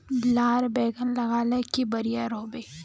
लार बैगन लगाले की बढ़िया रोहबे?